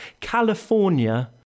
california